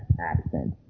accent